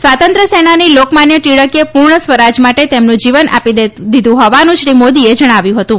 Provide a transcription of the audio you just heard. સ્વાતંત્ર્ય સેનાની લોકમાન્ય ટિળકે પૂર્ણ સ્વરાજ માટે તેમનું જીવન આપી દીધું હોવાનું શ્રી મોદીએ જણાવ્યું હતું